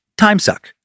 timesuck